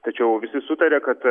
tačiau visi sutarė kad